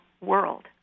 world